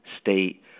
state